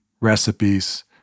recipes